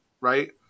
right